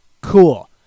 Cool